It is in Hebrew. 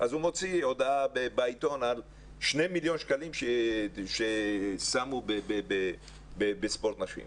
אז הוא מוציא הודעה בעיתון על שני מיליון שקלים ששמו בספורט נשים.